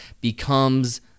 becomes